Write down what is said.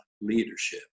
leadership